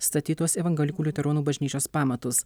statytos evangelikų liuteronų bažnyčios pamatus